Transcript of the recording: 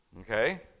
Okay